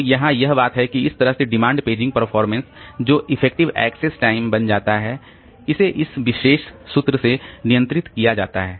तो यहां यह बात है कि इस तरह से डिमांड पेजिंग परफॉर्मेंस जो इफेक्टिव एक्सेस टाइम बन जाता है इसे इस विशेष सूत्र से नियंत्रित किया जाता है